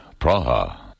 Praha